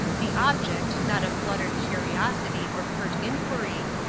the object, not of fluttered curiosity or pert inquiry,